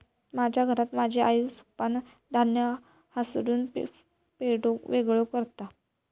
माझ्या घरात माझी आई सुपानं धान्य हासडून पेंढो वेगळो करता